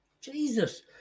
jesus